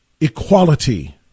equality